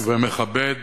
ומכבד,